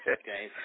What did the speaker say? okay